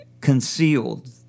concealed